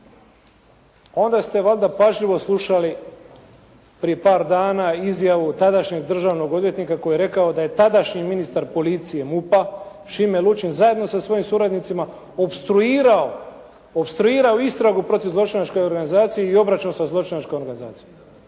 onda ste valjda pažljivo slušali prije par dana izjavu tadašnjeg državnog odvjetnika koji je rekao da je tadašnji ministar policije MUP-a Šime Lučin zajedno sa svojim suradnicima opstruirao istragu protiv zločinačke organizacije i obračun sa zločinačkom organizacijom.